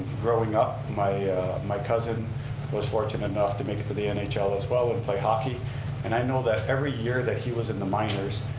growing up, my my cousin was fortunate enough to make it to the and nhl as well to and play hockey and i know that every year that he was in the minors,